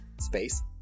Space